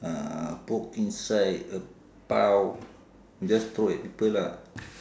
uh poke inside a palm you just throw at people lah